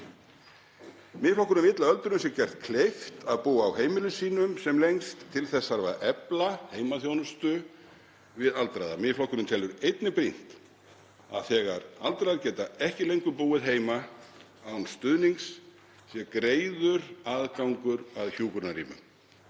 Miðflokkurinn vill að öldruðum sé gert kleift að búa á heimilum sínum sem lengst. Til þess þarf að efla heimaþjónustu við aldraða. Miðflokkurinn telur einnig brýnt að þegar aldraðir geta ekki lengur búið heima án stuðnings sé greiður aðgangur að hjúkrunarrými